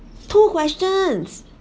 two questions